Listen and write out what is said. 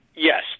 Yes